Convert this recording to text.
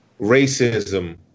racism